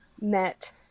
met